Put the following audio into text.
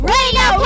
Radio